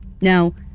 now